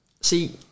See